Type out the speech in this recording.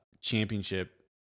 championship